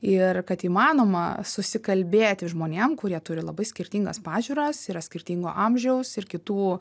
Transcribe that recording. ir kad įmanoma susikalbėti žmonėm kurie turi labai skirtingas pažiūras yra skirtingo amžiaus ir kitų